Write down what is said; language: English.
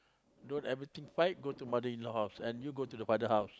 don't everything fight go to mother-in-law house and you go to the father house